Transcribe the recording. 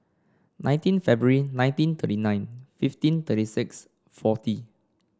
nineteen February nineteen thirty nine fifteen thirty six forty